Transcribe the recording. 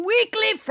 Weekly